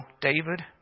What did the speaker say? David